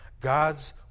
God's